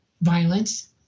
violence